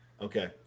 Okay